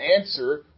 answer